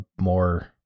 more